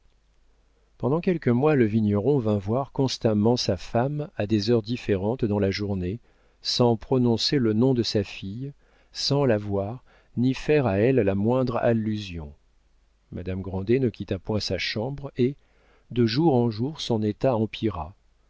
pendant quelques mois le vigneron vint voir constamment sa femme à des heures différentes dans la journée sans prononcer le nom de sa fille sans la voir ni faire à elle la moindre allusion madame grandet ne quitta point sa chambre et de jour en jour son état